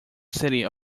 city